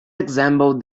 example